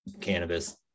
cannabis